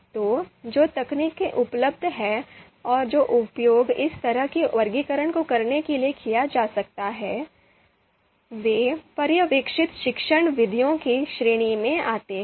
तो जो तकनीकें उपलब्ध हैं और जिनका उपयोग इस तरह के वर्गीकरण को करने के लिए किया जा सकता है वे पर्यवेक्षित शिक्षण विधियों की श्रेणी में आते हैं